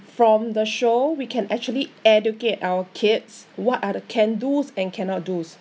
from the show we can actually educate our kids what are the can do's and cannot do's